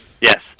Yes